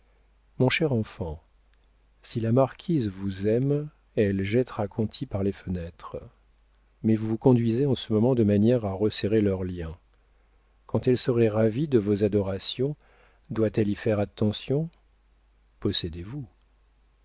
mon cher enfant si la marquise vous aime elle jettera conti par les fenêtres mais vous vous conduisez en ce moment de manière à resserrer leurs liens quand elle serait ravie de vos adorations doit-elle y faire attention possédez-vous